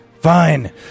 Fine